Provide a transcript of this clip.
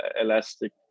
elastic